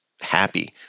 happy